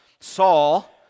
Saul